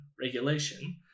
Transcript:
regulation